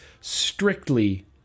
strictly